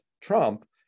Trump